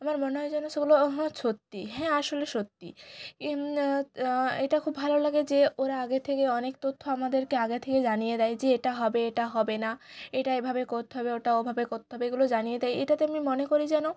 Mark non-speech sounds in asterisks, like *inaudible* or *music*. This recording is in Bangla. আমার মনে হয় যেন সেগুলো সত্যি হ্যাঁ আসলে সত্যি *unintelligible* এটা খুব ভালো লাগে যে ওরা আগে থেকে অনেক তথ্য আমাদেরকে আগে থেকে জানিয়ে দেয় যে এটা হবে এটা হবে না এটা এভাবে করতে হবে ওটা ওভাবে করতে হবে এগুলো জানিয়ে দেয় এটাতে আমি মনে করি যেন